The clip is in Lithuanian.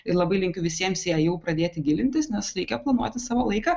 ir labai linkiu visiems į ją jau pradėti gilintis nes reikia planuoti savo laiką